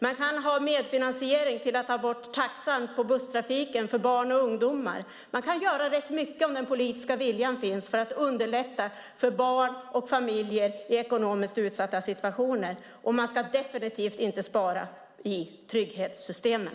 Man kan ha medfinansiering med att ta bort taxan på busstrafiken för barn och ungdomar. Man kan göra rätt mycket om den politiska viljan finns för att underlätta för barn och familjer i ekonomiskt utsatta situationer, och man ska definitivt inte spara i trygghetssystemen.